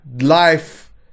life